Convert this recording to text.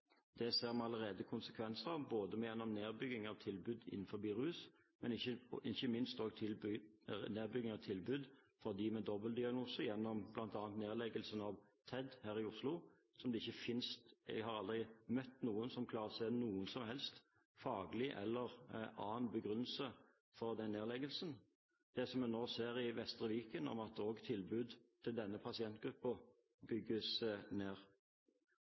Det ser vi allerede konsekvensene av gjennom nedbygging av tilbud innenfor rus, men ikke minst også nedbygging av tilbud for dem med dobbeltdiagnose gjennom bl.a. nedleggelsen av TEDD her i Oslo. Jeg har aldri møtt noen som klarer å se noen som helst faglig eller annen begrunnelse for denne nedleggelsen. Vi ser nå også i Vestre Viken at tilbud til denne pasientgruppen bygges ned.